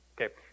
Okay